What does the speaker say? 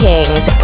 Kings